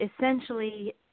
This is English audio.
essentially